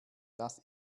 das